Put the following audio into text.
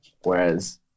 Whereas